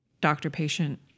doctor-patient